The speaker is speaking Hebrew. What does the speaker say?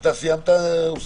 אתה סיימת, אוסאמה?